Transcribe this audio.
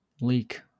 leak